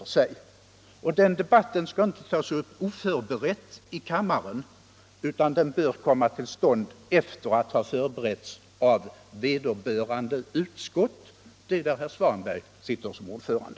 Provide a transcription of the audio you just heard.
Den debatten skall emellertid inte tas upp oförberedd i kammaren, utan bör komma till stånd efter att ha förberetts av vederbörande utskott, det där herr Svanberg sitter som ordförande.